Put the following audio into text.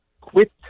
quit